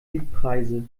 mietpreise